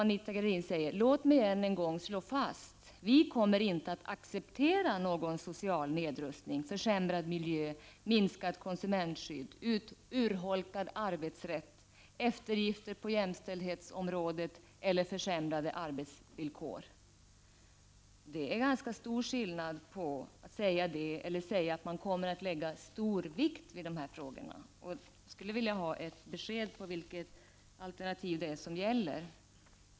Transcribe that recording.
Anita Gradin sade då: ”Men låt mig än en gång slå fast: Vi kommer inte att acceptera någon social nedrustning, försämrad miljö, minskat konsumentskydd, urholkad arbetsrätt, eftergifter på jämställdhetsområdet eller försämrade arbetsvillkor.” Det är ganska stor skillnad mellan att säga så här och att säga att man kommer att lägga stor vikt vid dessa frågor. Jag skulle vilja ha ett besked om vilket alternativ det är som gäller.